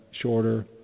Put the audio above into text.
shorter